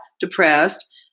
depressed